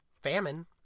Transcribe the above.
Famine